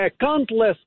countless